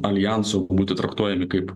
aljanso būti traktuojami kaip